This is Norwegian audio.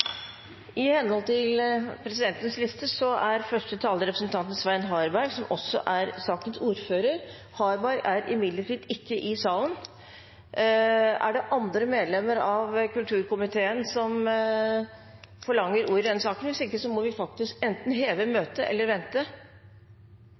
I henhold til presidentens liste er første taler representanten Svein Harberg, som også er sakens ordfører. Han er imidlertid ikke i salen. Er det andre medlemmer av familie- og kulturkomiteen som forlanger ordet i saken? Hvis ikke må vi enten heve